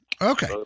Okay